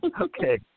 Okay